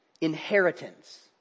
Inheritance